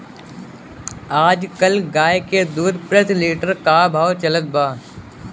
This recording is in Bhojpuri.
आज कल गाय के दूध प्रति लीटर का भाव चलत बा?